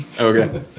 Okay